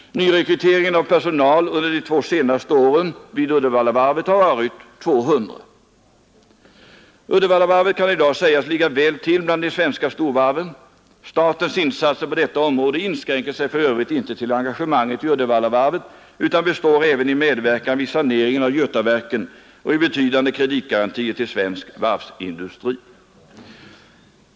Nyrekryteringen av personal de två senaste åren vid Uddevallavarvet har omfattat 200 personer. Uddevallavarvet kan i dag sägas ligga väl till bland de svenska storvarven. Statens insatser på detta område inskränker sig för övrigt inte till engagemanget i Uddevallavarvet utan består även i medverkan vid saneringen av Götaverken och i betydande kreditgarantier till svensk varvsindustri.